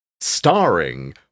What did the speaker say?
starring